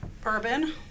bourbon